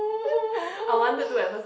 I wanted to at first